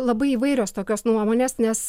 labai įvairios tokios nuomonės nes